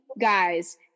guys